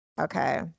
Okay